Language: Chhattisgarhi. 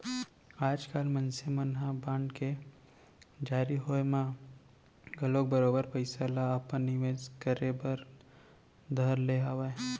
आजकाल मनसे मन ह बांड के जारी होय म घलौक बरोबर पइसा ल अपन निवेस करे बर धर ले हवय